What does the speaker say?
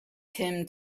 tim